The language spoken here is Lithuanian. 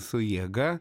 su jėga